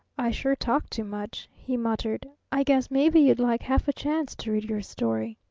i sure talk too much, he muttered. i guess maybe you'd like half a chance to read your story.